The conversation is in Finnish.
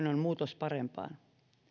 on muutos parempaan